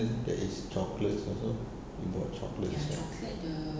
then there is chocolate also we got chocolate right